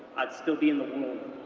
i'd still be in the womb.